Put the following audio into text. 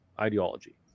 ideology